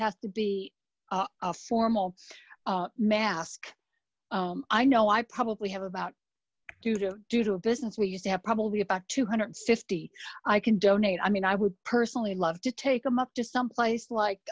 has to be a formal mask i know i probably have about do to do to a business we used to have probably about two hundred and fifty i can donate i mean i would personally love to take them up to someplace like